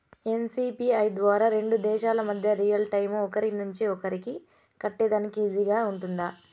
NCPI ద్వారా రెండు దేశాల మధ్య రియల్ టైము ఒకరి నుంచి ఒకరికి కట్టేదానికి ఈజీగా గా ఉంటుందా?